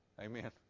Amen